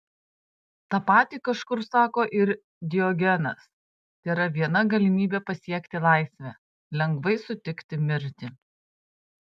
tą patį kažkur sako ir diogenas tėra viena galimybė pasiekti laisvę lengvai sutikti mirtį